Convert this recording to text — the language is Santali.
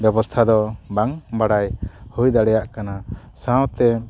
ᱵᱮᱵᱚᱥᱛᱷᱟ ᱫᱚ ᱵᱟᱝ ᱵᱟᱲᱟᱭ ᱦᱩᱭ ᱫᱟᱲᱮᱭᱟᱜ ᱠᱟᱱᱟ ᱥᱟᱶᱛᱮ